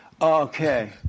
Okay